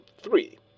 three